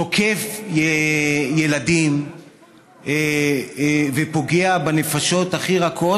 תוקף ילדים ופוגע בנפשות הכי רכות,